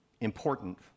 important